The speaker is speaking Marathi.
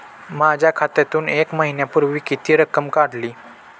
माझ्या खात्यातून एक महिन्यापूर्वी किती रक्कम काढली?